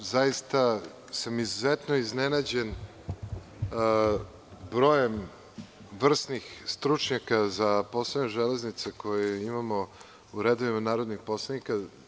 Izuzetno sam iznenađen brojem vrsnih stručnjaka za poslove železnice koje imamo u redovima narodnih poslanika.